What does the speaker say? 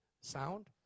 sound